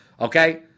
Okay